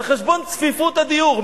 על חשבון צפיפות הדיור.